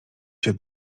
się